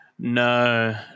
No